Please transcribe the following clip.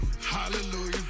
hallelujah